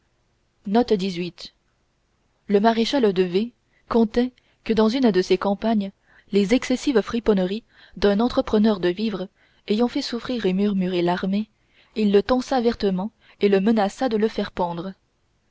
le maréchal de v contait que dans une de ses campagnes les excessives friponneries d'un entrepreneur des vivres ayant fait souffrir et murmurer l'armée il le tança vertement et le menaça de le faire pendre